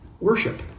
worship